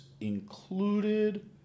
included